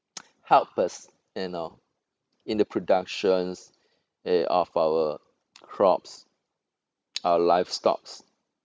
help us you know in the productions uh of our crops our livestocks